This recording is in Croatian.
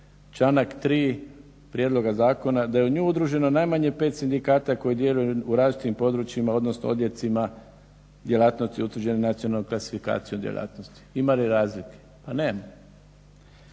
Članak 3. prijedloga zakona, da je u nju udruženo najmanje 5 sindikata koji djeluju u različitim područjima, odnosno odjeljcima djelatnosti utvrđeni nacionalnom klasifikacijom djelatnosti. Ima li razlike? Pa nema.